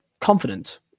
confident